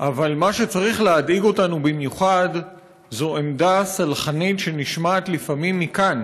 אבל מה שצריך להדאיג אותנו במיוחד זה עמדה סלחנית שנשמעת לפעמים מכאן,